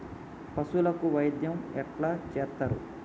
పశువులకు వైద్యం ఎట్లా చేత్తరు?